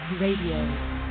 Radio